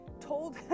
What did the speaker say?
told